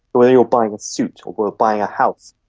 whether you're buying a suit or but buying a house,